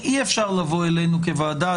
אי אפשר לבוא אלינו כוועדה.